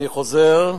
אני חוזר: